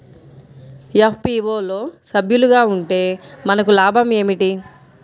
FPO లో సభ్యులుగా ఉంటే మనకు లాభం ఏమిటి?